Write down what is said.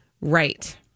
right